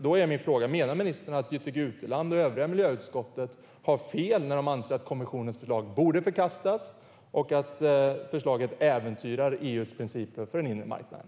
Då är min fråga: Menar ministern att Jytte Guteland och övriga i miljöutskottet har fel när de anser att kommissionens förslag borde förkastas och att det äventyrar EU:s principer för den inre marknaden?